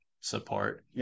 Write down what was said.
support